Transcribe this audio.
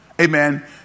Amen